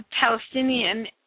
Palestinian